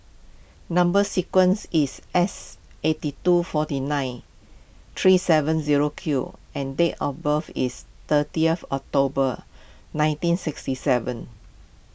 Number Sequence is S eighty two forty nine three seven zero Q and date of birth is thirtieth October nineteen sixty seven